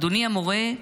אדוני המורה,